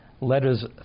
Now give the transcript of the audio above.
letters